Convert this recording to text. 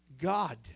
God